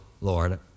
Lord